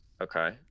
Okay